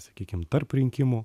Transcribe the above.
sakykim tarp rinkimų